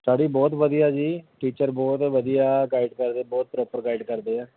ਸਾਰੇ ਹੀ ਬਹੁਤ ਵਧੀਆ ਜੀ ਟੀਚਰ ਬਹੁਤ ਵਧੀਆ ਗਾਈਡ ਕਰਦੇ ਬਹੁਤ ਪ੍ਰੋਪਰ ਗਾਈਡ ਕਰਦੇ ਆ